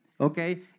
Okay